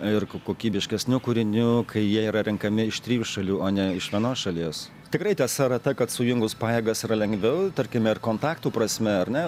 ir ko kokybiškesnių kūrinių kai jie yra renkami iš trijų šalių o ne iš vienos šalies tikrai tiesa yra ta kad sujungus pajėgas yra lengviau tarkime ir kontaktų prasme ar ne